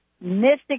mystic